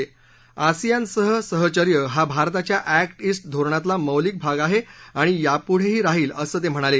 आसियानसह सहचर्य हा भारताच्या एक्ट इस्ट धोरणातला मौलिक भाग आहे आणि याप्ढेही राहील असंही ते म्हणाले